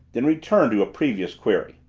then returned to a previous query.